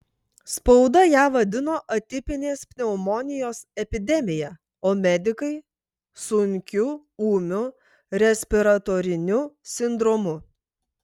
spauda ją vadino atipinės pneumonijos epidemija o medikai sunkiu ūmiu respiratoriniu sindromu